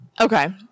Okay